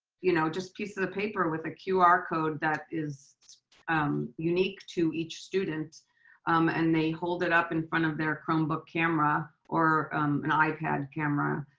you know just pieces of paper with a qr code that is unique to each student and they hold it up in front of their chromebook camera or an ipad camera,